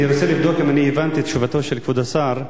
אני רוצה לבדוק אם הבנתי את תשובתו של כבוד השר.